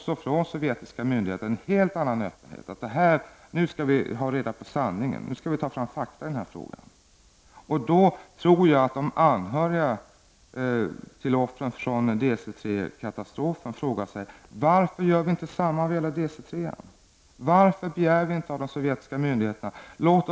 Sovjetiska myndigheter visar en helt annan öppenhet än tidigare och säger att man skall ta reda på sanningen och få fram fakta. Jag tror att de anhöriga till offren från DC 3:an frågar sig varför vi inte av de sovjetiska myndigheterna begär att man gör samma sak med Catalinaaffären.